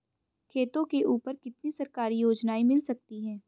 खेतों के ऊपर कितनी सरकारी योजनाएं मिल सकती हैं?